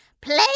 play